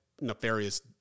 nefarious